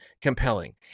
compelling